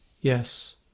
Yes